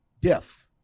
death